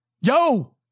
Yo